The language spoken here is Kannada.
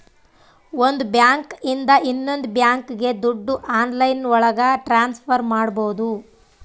ಒಂದ್ ಬ್ಯಾಂಕ್ ಇಂದ ಇನ್ನೊಂದ್ ಬ್ಯಾಂಕ್ಗೆ ದುಡ್ಡು ಆನ್ಲೈನ್ ಒಳಗ ಟ್ರಾನ್ಸ್ಫರ್ ಮಾಡ್ಬೋದು